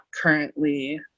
currently